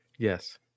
Yes